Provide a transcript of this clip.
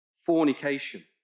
fornication